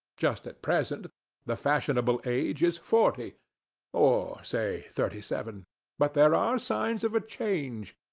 just at present the fashionable age is forty or say thirty seven but there are signs of a change.